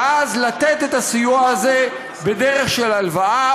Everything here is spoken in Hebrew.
ואז לתת את הסיוע הזה בדרך של הלוואה